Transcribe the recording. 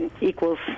equals